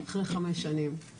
אחרי חמש שנים.